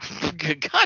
God